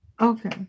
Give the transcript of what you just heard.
Okay